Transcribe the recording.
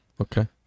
Okay